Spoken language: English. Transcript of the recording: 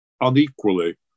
unequally